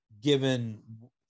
given